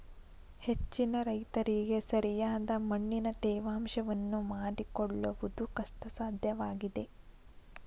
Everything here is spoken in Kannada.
ಹೆಚ್ಚಿನ ರೈತರಿಗೆ ಸರಿಯಾದ ಮಣ್ಣಿನ ತೇವಾಂಶವನ್ನು ಮಾಡಿಕೊಳ್ಳವುದು ಕಷ್ಟಸಾಧ್ಯವಾಗಿದೆ